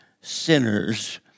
sinner's